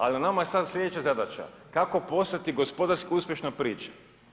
Ali na nama je sada sljedeća zadaća kako postati gospodarski uspješna priča.